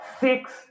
six